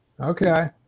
Okay